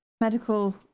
medical